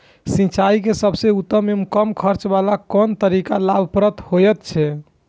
सिंचाई के सबसे उत्तम एवं कम खर्च वाला कोन तकनीक लाभप्रद होयत छै?